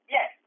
Yes